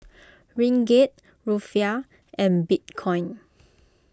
Ringgit Rufiyaa and Bitcoin